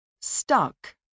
Stuck